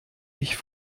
ich